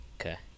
Okay